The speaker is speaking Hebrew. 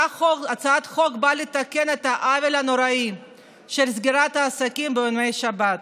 הצעת החוק באה לתקן את העוול הנוראי של סגירת העסקים בימי שבת,